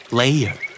layer